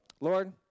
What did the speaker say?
Lord